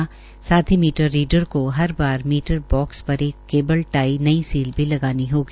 इसके साथ ही मीटर रीडर को हर बार मीटर बॉक्स पर एक केबल टाई नई सील भी लगानी होगी